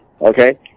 Okay